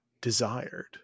desired